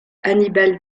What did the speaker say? hannibal